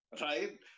right